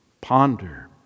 ponder